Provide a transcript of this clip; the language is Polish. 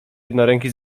jednoręki